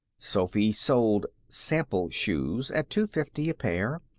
sophy sold sample shoes at two-fifty a pair,